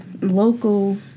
local